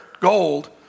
gold